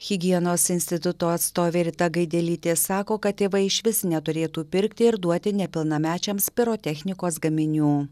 higienos instituto atstovė rita gaidelytė sako kad tėvai išvis neturėtų pirkti ir duoti nepilnamečiams pirotechnikos gaminių